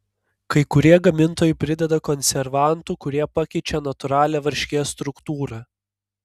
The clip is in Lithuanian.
kai kurie gamintojai prideda konservantų kurie pakeičią natūralią varškės struktūrą